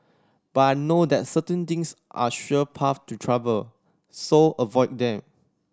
but I know that certain things are sure paths to trouble so avoid them